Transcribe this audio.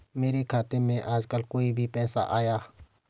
मेरे खाते में आजकल कोई पैसा आया?